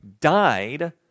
died